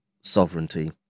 sovereignty